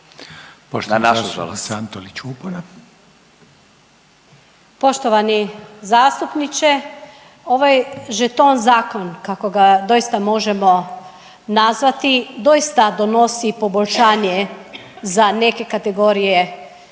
Poštovani zastupniče ovaj žeton zakon kako ga doista možemo nazvati doista donosi poboljšanje za neke kategorije,